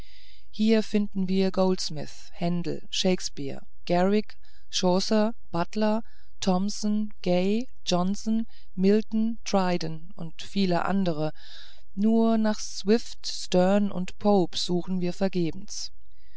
hier finden wir goldsmith händel shakespeare garrick chaucer buttler thomson gay johnson milton dryden und viele andere nur nach swift sterne und pope suchen wir vergebens